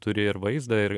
turi ir vaizdą ir